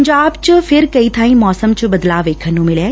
ਪੰਜਾਬ ਚ ਫਿਰ ਕਈ ਬਾਈ ਮੌਸਮ ਚ ਬਦਲਾਅ ਵੇਖਣ ਨੁੰ ਮਿਲਿਐ